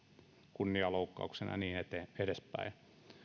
kunnianloukkauksena ja niin edespäin